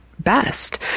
best